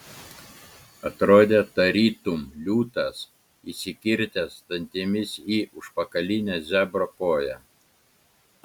atrodė tarytum liūtas įsikirtęs dantimis į užpakalinę zebro koją